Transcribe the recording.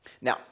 Now